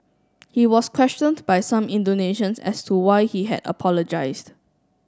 he was questioned by some Indonesians as to why he had apologised